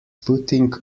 putting